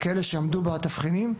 כאלה שעמדו בתבחינים,